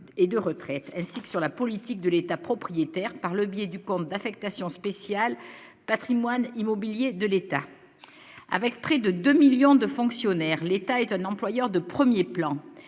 et de retraite, ainsi que sur la politique de l'État propriétaire par le biais du compte d'affectation spéciale Patrimoine immobilier de l'État, avec près de 2 millions de fonctionnaires, l'État étonnant ployant de 1er plan